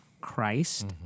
Christ